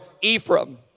Ephraim